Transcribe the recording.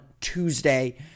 Tuesday